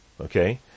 Okay